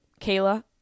Kayla